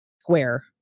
square